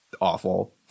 awful